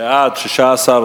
עורך-דין מסוים), התשע"א